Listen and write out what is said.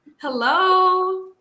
Hello